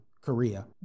Korea